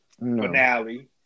finale